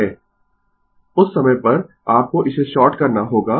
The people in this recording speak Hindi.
Refer Slide Time 0723 उस समय पर आपको इसे शॉर्ट करना होगा